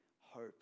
hope